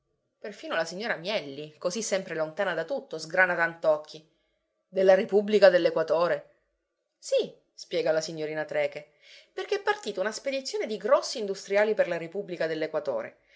perfino la signora mielli così sempre lontana da tutto sgrana tant'occhi della repubblica dell'equatore sì spiega la signorina trecke perché è partita una spedizione di grossi industriali per la repubblica